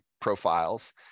profiles